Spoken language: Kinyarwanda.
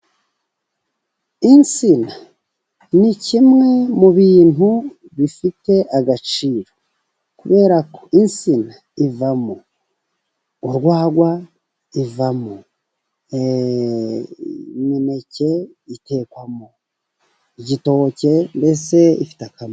Insina ni kimwe mu bintu bifite agaciro kuberako insina ivamo urwagwa, ivamo imineke, itekwamo igitoke, mbese ifite akamaro.